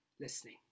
listening